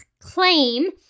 claim